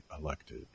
elected